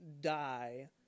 die